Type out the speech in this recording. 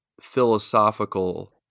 philosophical